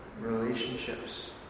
relationships